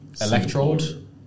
Electrode